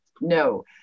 no